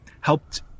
helped